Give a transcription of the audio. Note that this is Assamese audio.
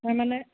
তাৰ মানে